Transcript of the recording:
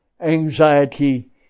anxiety